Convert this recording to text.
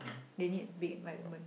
they need big environment